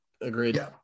Agreed